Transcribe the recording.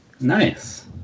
nice